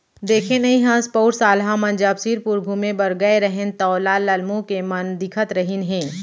देखे नइ हस पउर साल हमन जब सिरपुर घूमें बर गए रहेन तौ लाल लाल मुंह के मन दिखत रहिन हे